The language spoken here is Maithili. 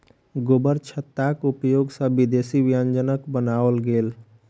गोबरछत्ताक उपयोग सॅ विदेशी व्यंजनक बनाओल गेल